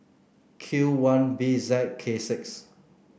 Q one B Z K six